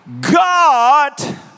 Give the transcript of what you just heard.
God